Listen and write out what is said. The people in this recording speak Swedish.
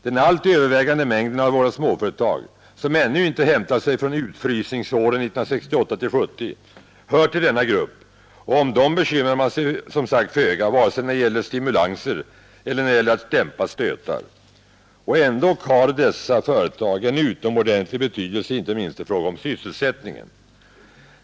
Den allt övervägande mängden av våra småföretag, som ännu inte hämtat sig från djupfrysningsåren 1968—1970, hör till denna grupp, och om dem bekymrar man sig som sagt föga, vare sig när 131 det gäller stimulanser eller när det gäller att dämpa stötar. Och ändå har dessa företag en utomordentlig betydelse, icke minst i fråga om sysselsättningen.